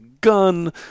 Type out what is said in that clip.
gun